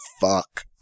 fuck